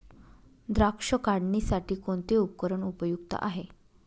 द्राक्ष काढणीसाठी कोणते उपकरण उपयुक्त आहे?